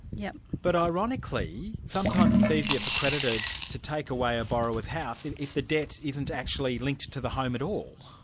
yeah but ironically, sometimes it's easier for creditors to take away a borrower's house if if the debt isn't actually linked to the home at all.